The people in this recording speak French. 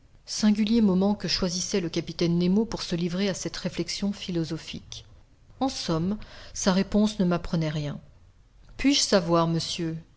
singulier moment que choisissait le capitaine nemo pour se livrer à cette réflexion philosophique en somme sa réponse ne m'apprenait rien puis-je savoir monsieur